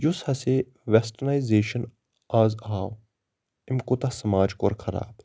یُس ہسے وٮ۪سٹٔرنایزیشَن آز آو أمۍ کوٗتاہ سَماج کوٚر خراب